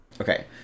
Okay